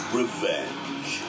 revenge